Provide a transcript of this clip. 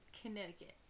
Connecticut